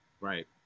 right